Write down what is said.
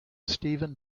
steven